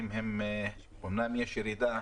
אמנם יש ירידה